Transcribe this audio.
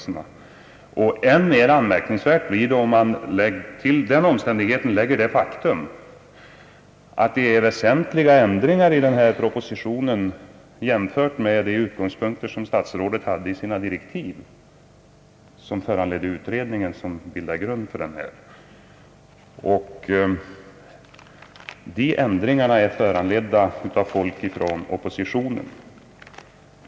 Än mer anmärkningsvärt framstår det, om man till denna omständighet lägger det faktum att propositionen innehåller väsentliga ändringar jämfört med de utgångspunkter statsrådet hade för de direktiv som förelades utredningen och som bildat grund för denna. De ändringarna är föranledda av initiativ från oppositionen.